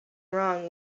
wrong